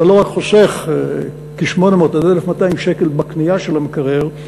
אתה לא רק חוסך 800 1,200 שקל בקנייה של המקרר,